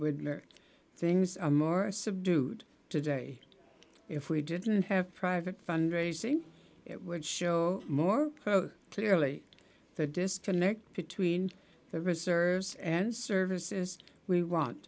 learn things are more subdued today if we didn't have private fundraising it would show more clearly the disconnect between the reserves and services we want